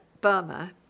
Burma